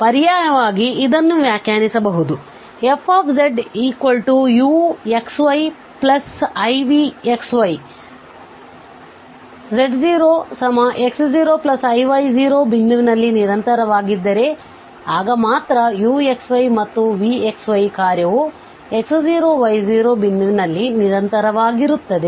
ಪರ್ಯಾಯವಾಗಿಇದನ್ನು ವ್ಯಾಖ್ಯಾನಿಸಬಹುದು fzuxyivxy z0x0iy0 ಬಿಂದುವಿನಲ್ಲಿ ನಿರಂತರವಾಗಿದ್ದರೆ ಆಗ ಮಾತ್ರ uxy ಮತ್ತು vxy ಕಾರ್ಯವು x0y0ಬಿಂದುವಿನಲ್ಲಿ ನಿರಂತರವಾಗಿರುತ್ತವೆ